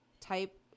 type